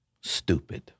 stupid